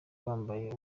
bambaye